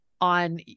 on